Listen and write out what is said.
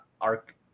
arc